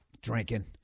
drinking